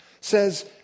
says